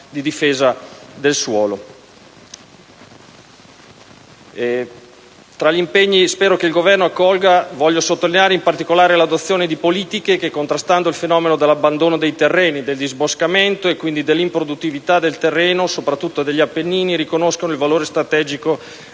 Tra gli impegni che spero il Governo accolga, voglio sottolineare, in particolare, l'adozione di politiche che, contrastando il fenomeno dell'abbandono dei terreni, del disboscamento e quindi dell'improduttività del terreno, soprattutto degli Appennini, riconoscano il valore strategico